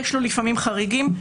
יש לו לפעמים חריגים,